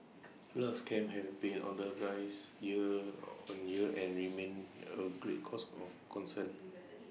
love scams have been on the rise year on year and remain A great cause of concern